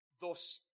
thus